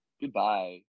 Goodbye